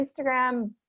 Instagram